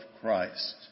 Christ